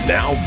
Now